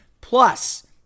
Plus